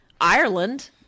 Ireland